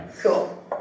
Cool